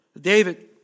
David